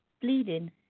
bleeding